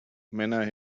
männer